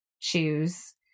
choose